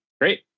great